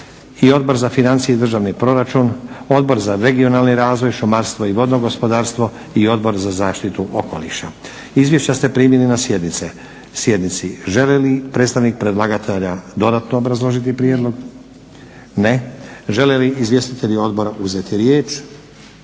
i Odbor za financije i državni proračun, Odbor za regionalni razvoj, šumarstvo i vodno gospodarstvo i Odbor za zaštitu okoliša. Izvješća ste primili na sjednici. Želi li predstavnik predlagatelja dodatno obrazložiti prijedlog? Ne. Žele li izvjestitelji odbora uzeti riječ?